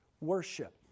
worship